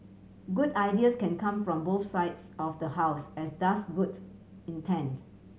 good ideas can come from both sides of the house as does goods intent